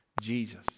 Jesus